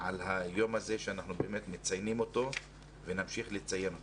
על היום הזה שאנחנו מציינים, ונמשיך לציין אותו.